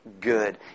good